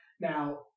Now